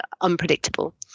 unpredictable